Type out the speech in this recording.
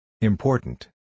Important